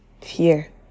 Fear